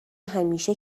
همیشه